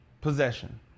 possession